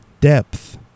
depth